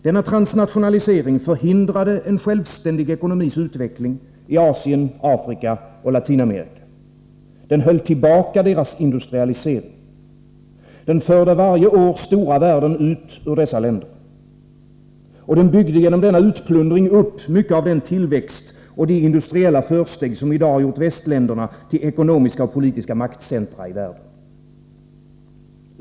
Denna transnationalisering förhindrade en självständig ekonomis utveckling i Asien, Afrika och Latinamerika. Den höll tillbaka deras industrialisering. Den förde varje år stora värden ut ur dessa länder. Och den byggde genom denna utplundring upp mycket av den tillväxt och de industriella försteg, som i dag gjort västländerna till ekonomiska och politiska maktcentra i världen.